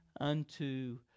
unto